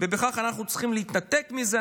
אנחנו צריכים להתנתק מזה,